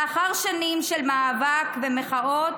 לאחר שנים של מאבק ומחאות